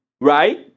Right